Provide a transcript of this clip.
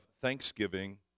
thanksgiving